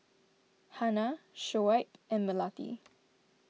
Hana Shoaib and Melati